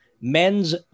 men's